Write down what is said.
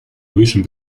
высшим